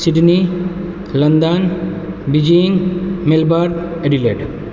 Sydney London Beijing Melbourne